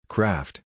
Craft